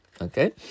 okay